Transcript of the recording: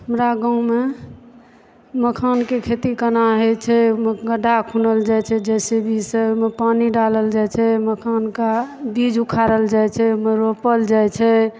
हमरा गाँवमे मखानके खेती कोना होइ छै गड्ढा खूनल जाइ छै जेसीबी से ओहिमे पानी डालल जाइ छै मखानके बीज उखारल जाइ छै ओहिमे रोपल जाइ छै